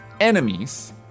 enemies